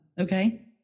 Okay